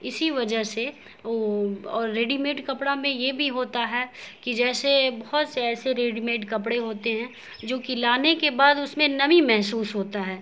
اسی وجہ سے اور ریڈی میڈ کپڑا میں یہ بھی ہوتا ہے کہ جیسے بہت سے ایسے ریڈی میڈ کپڑے ہوتے ہیں جو کہ لانے کے بعد اس میں نمی محسوس ہوتا ہے